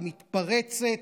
היא מתפרצת,